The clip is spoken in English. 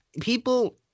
people